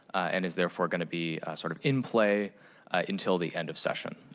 and is therefore going to be sort of in play until the end of session.